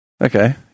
Okay